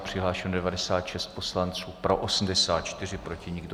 Přihlášeno je 96 poslanců, pro 84, proti nikdo.